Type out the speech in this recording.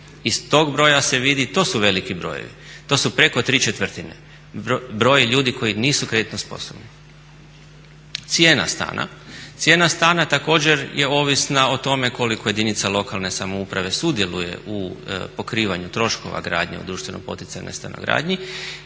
Iz tog broja se vidi, to su veliki brojevi, to su preko ¾. Broj ljudi koji nisu kreditno sposobni. Cijena stana. Cijena stana također je ovisna o tome koliko jedinica lokalne samouprave sudjeluje u pokrivanju troškova gradnje u društveno poticajnoj stanogradnji